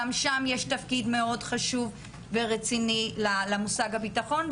גם שם יש תפקיד מאוד חשוב ורציני למושג הביטחון,